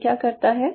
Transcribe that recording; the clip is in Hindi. ये क्या करता है